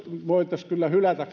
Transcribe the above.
voitaisiin kyllä hylätä